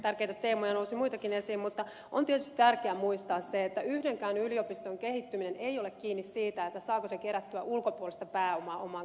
tärkeitä teemoja nousi muitakin esiin mutta on tietysti tärkeä muistaa se että yhdenkään yliopiston kehittyminen ei ole kiinni siitä saako se kerättyä ulkopuolista pääomaa omaan kassaansa